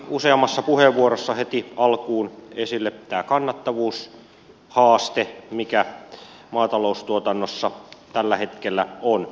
useammassa puheenvuorossa tuli heti alkuun esille tämä kannattavuushaaste mikä maataloustuotannossa tällä hetkellä on